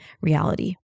reality